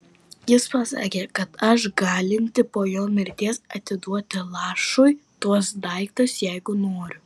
jis pasakė kad aš galinti po jo mirties atiduoti lašui tuos daiktus jeigu noriu